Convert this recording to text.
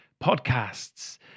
podcasts